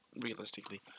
realistically